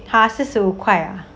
!huh! 四十五块 ah